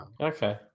Okay